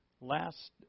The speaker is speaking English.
last